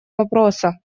вопроса